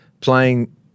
Playing